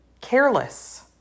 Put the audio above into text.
careless